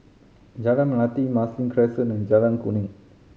Jalan Melati Marsiling Crescent and Jalan Kuning